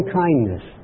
kindness